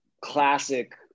classic